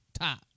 top